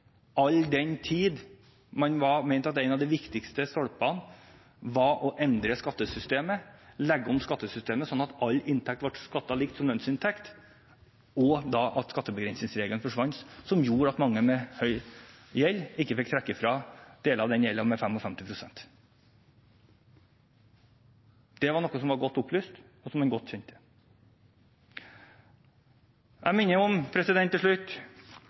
all den tid man mente at en av de viktigste stolpene var å endre skattesystemet, legge om skattesystemet slik at all inntekt ble skattet likt som lønnsinntekt, og at skattebegrensningsregelen forsvant, som gjorde at mange med høy gjeld ikke fikk trekke fra deler av den gjelden med 55 pst. Det var noe som var godt opplyst, og som man godt kjente til. Jeg minner til slutt om